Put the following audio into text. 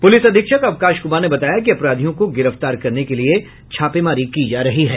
police अधीक्षक अवकाश कुमार ने बताया कि अपराधियों को गिरफ्तार करने के लिये छापेमारी की जा रही है